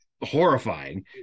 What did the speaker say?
horrifying